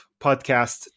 podcast